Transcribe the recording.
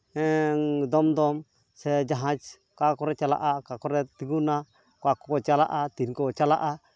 ᱦᱮᱸ ᱫᱚᱢᱫᱚᱢ ᱥᱮ ᱡᱟᱦᱟᱡᱽ ᱚᱠᱟ ᱠᱚᱨᱮᱜ ᱪᱟᱞᱟᱜᱼᱟ ᱚᱠᱟ ᱠᱚᱨᱮᱜ ᱛᱤᱸᱜᱩᱱᱟ ᱚᱠᱟᱠᱚ ᱪᱟᱞᱟᱜᱼᱟ ᱛᱤᱱ ᱠᱚ ᱪᱟᱞᱟᱜᱼᱟ